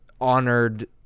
honored